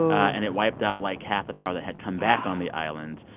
and it wiped out, like, half the power that had come back on the island.